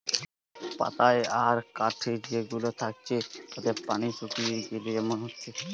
পাতায় আর কাঠি যে গুলা থাকতিছে তাতে পানি শুকিয়ে গিলে এমন হচ্ছে